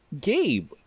Gabe